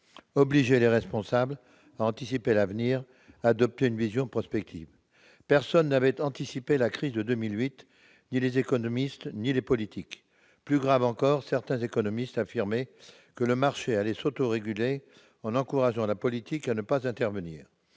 obliger les responsables à anticiper l'avenir, adopter une vision prospective. Personne n'avait anticipé la crise de 2008, ni les économistes, ni les politiques. Plus grave encore, certains économistes affirmaient que le marché allait s'autoréguler et encourageaient le politique à ne pas intervenir.